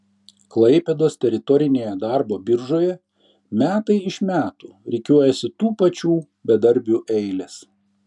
klaipėdos teritorinėje darbo biržoje metai iš metų rikiuojasi tų pačių bedarbių eilės